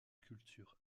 culture